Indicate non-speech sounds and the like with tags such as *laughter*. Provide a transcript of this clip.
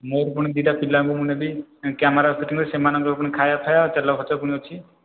ମୋର ପୁଣି ଦୁଇଟା ପିଲା ମୁଁ ନେବି କ୍ୟାମେରା *unintelligible* ସେମାନଙ୍କର ପୁଣି ଖାଇବା ଫାଇବା ତେଲ ଖର୍ଚ୍ଚ ପୁଣି ଅଛି